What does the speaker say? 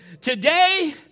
Today